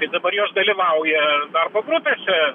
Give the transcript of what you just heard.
tai dabar jos dalyvauja darbo grupėse